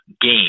game